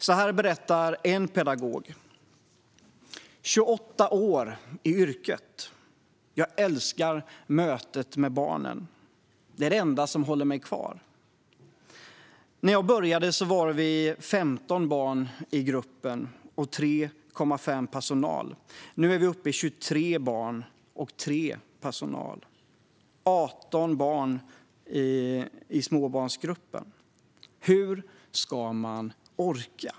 Så här berättar en pedagog: "28 år i yrket. Älskar mötet med barnen. Det enda som håller mig kvar. När jag började var vi 15 barn i gruppen och 3,5 personal. Nu är vi uppe i 23 barn och 3 personal. 18 barn på småbarn. Hur ska man orka?